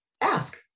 ask